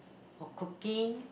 or cooking